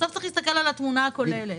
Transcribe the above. בסוף צריך להסתכל על התמונה הכוללת.